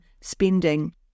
spending